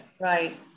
Right